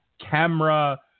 camera